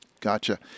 Gotcha